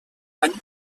anys